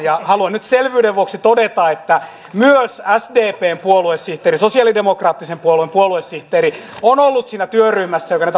ja haluan nyt selvyyden vuoksi todeta että myös sdpn puoluesihteeri sosialidemokraattisen puolueen puoluesihteeri on ollut siinä työryhmässä joka näitä vaaleja on pohtinut